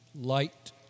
light